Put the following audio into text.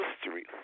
History